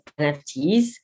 NFTs